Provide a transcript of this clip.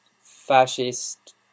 Fascist